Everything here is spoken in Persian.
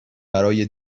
برای